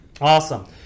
Awesome